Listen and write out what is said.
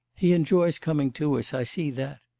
he enjoys coming to us, i see that.